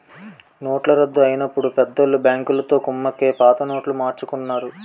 నోట్ల రద్దు అయినప్పుడు పెద్దోళ్ళు బ్యాంకులతో కుమ్మక్కై పాత నోట్లు మార్చుకున్నారు